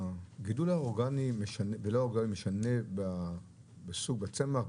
הגידול האורגני ולא האורגני משנה בסוג הצמח,